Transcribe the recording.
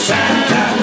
Santa